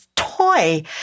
Toy